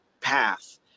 path